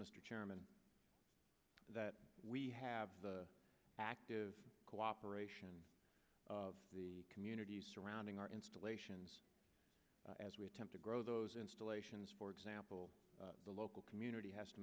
chairman that we have the active cooperation of the communities surrounding our installations as we attempt to grow those installations for example the local community has to